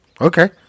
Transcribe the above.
okay